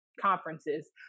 conferences